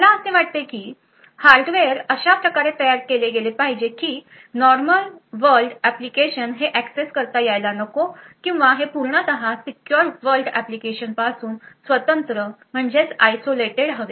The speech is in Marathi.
मला असे वाटते की हार्डवेअर अशा प्रकारे तयार केले गेले पाहिजे की नॉर्मल वर्ल्ड ऍप्लिकेशन हे एक्सेस करता यायला नको किंवा हे पूर्णतः सीक्युर वर्ल्ड ऍप्लिकेशन पासून स्वतंत्र आईसोलेटेड हवे